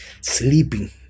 sleeping